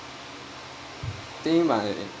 think my